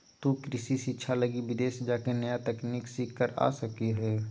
तु कृषि शिक्षा लगी विदेश जाके नया तकनीक सीख कर आ सका हीं